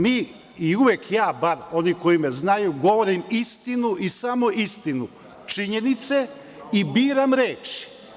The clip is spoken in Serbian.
Mi, i uvek ja, bar oni koji me znaju, govorim istinu i samo istinu, činjenice i biram reči.